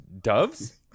Doves